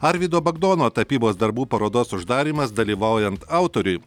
arvydo bagdono tapybos darbų parodos uždarymas dalyvaujant autoriui